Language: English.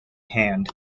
hand